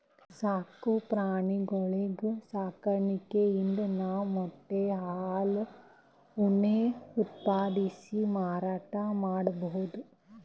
ಸಾಕು ಪ್ರಾಣಿಗಳ್ ಸಾಕಾಣಿಕೆಯಿಂದ್ ನಾವ್ ಮೊಟ್ಟೆ ಹಾಲ್ ಉಣ್ಣೆ ಉತ್ಪಾದಿಸಿ ಮಾರಾಟ್ ಮಾಡ್ಬಹುದ್